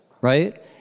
right